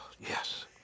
Yes